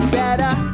better